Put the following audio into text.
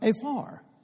afar